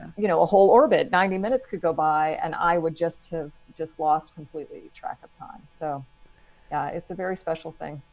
you know, a whole orbit, ninety minutes could go by and i would just have just lost completely track of time. so it's a very special thing.